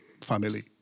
family